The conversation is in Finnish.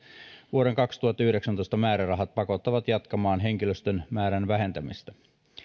vuoden kaksituhattayhdeksäntoista määrärahat pakottavat jatkamaan henkilöstön määrän vähentämistä